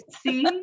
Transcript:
see